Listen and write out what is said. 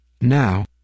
Now